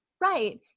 Right